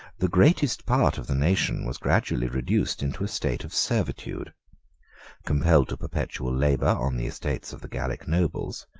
the greatest part of the nation was gradually reduced into a state of servitude compelled to perpetual labor on the estates of the gallic nobles,